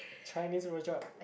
Chinese rojak